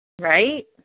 Right